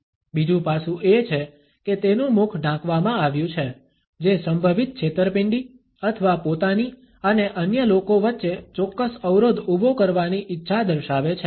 બીજું પાસું એ છે કે તેનું મુખ ઢાંકવામાં આવ્યું છે જે સંભવિત છેતરપિંડી અથવા પોતાની અને અન્ય લોકો વચ્ચે ચોક્કસ અવરોધ ઉભો કરવાની ઇચ્છા દર્શાવે છે